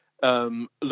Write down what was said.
Look